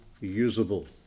usable